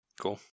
Cool